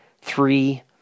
three